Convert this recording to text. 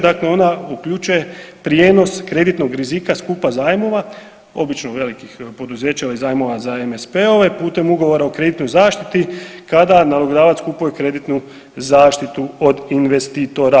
Dakle ona uključuje prijenos kreditnog rizika skupa zajmova obično velikih poduzeća ili zajmova za MSP-ove putem Ugovora o kreditnoj zaštiti kada nalogodavac kupuje kreditnu zaštitu od investitora.